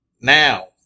now